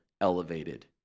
elevated